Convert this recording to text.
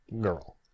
girl